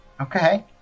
okay